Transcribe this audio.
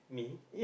me